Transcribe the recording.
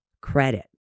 credit